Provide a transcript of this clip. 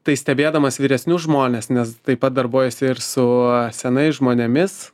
tai stebėdamas vyresnius žmones nes taip pat darbuojuosi ir su senais žmonėmis